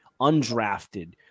undrafted